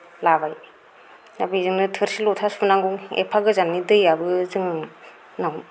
लाबाय दा बेजोंनो थोरसि लथा सुनांगौ एफा गोजाननि दैयाबो जोंनाव